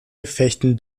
gefechten